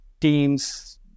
teams